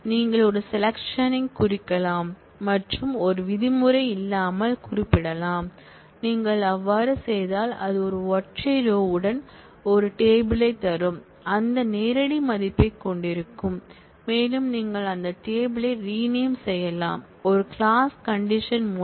நீங்கள் ஒரு செலெக்சன் குறிக்கலாம் மற்றும் ஒரு விதிமுறை இல்லாமல் குறிப்பிடலாம் நீங்கள் அவ்வாறு செய்தால் அது ஒரு ஒற்றை ரோடன் ஒரு டேபிள் யைத் தரும் அந்த நேரடி மதிப்பைக் கொண்டிருக்கும் மேலும் நீங்கள் அந்த டேபிள் யை ரீநேம் செய்யலாம் ஒரு கிளாஸ் கண்டிஷன் மூலமாக